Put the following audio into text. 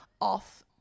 off